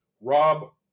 Rob